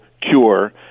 cure